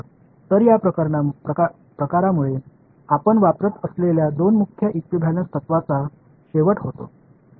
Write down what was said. तर या प्रकारामुळे आपण वापरत असलेल्या दोन मुख्य इक्विव्हॅलेंस तत्त्वांचा शेवट होतो